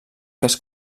cas